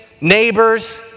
neighbors